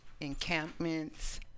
encampments